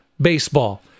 baseball